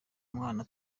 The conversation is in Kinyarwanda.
mwana